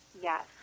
Yes